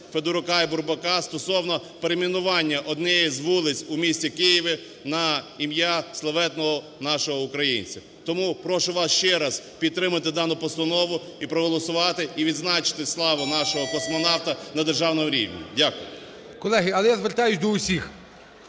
Федорука і Бурбака стосовно перейменування однієї з вулиць у місті Києві на ім'я славетного нашого українця. Тому прошу вас ще раз підтримати дану постанову і проголосувати, і відзначити славу нашого космонавта на державному рівні. Дякую. ГОЛОВУЮЧИЙ. Колеги, але я звертаюсь до усіх,